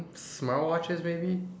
smart watches maybe